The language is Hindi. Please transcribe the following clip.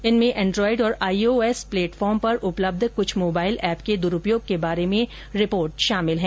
जिनमें एंड्रॉइड और आईओएस प्लेटफॉर्म पर उपलब्ध कुछ मोबाइल ऐप के दुरूपयोग के बारे में कई रिपोर्ट शामिल है